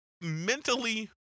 mentally